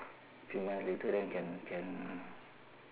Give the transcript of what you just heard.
few months later then can can